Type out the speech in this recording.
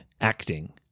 acting